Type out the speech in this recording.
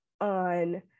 on